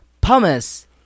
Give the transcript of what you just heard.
Pumice